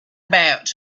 about